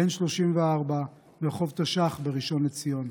בן 34, ברחוב תש"ח בראשון לציון.